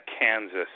Kansas